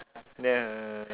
no